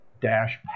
dash